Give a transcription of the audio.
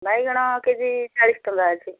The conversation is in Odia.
ବାଇଗଣ କେ ଜି ଚାଳିଶ ଟଙ୍କା ଅଛି